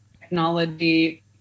technology